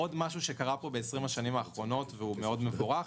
עוד משהו שקרה פה ב-20 השנים האחרונות והוא מבורך מאוד,